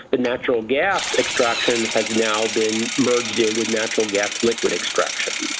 the natural gas extraction has now been merged in with natural gas liquid extraction